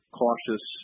cautious